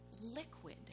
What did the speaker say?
liquid